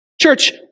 Church